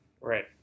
Right